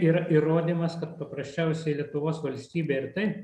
yra įrodymas kad paprasčiausiai lietuvos valstybė ir tai